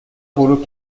غروب